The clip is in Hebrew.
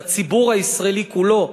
לציבור הישראלי כולו,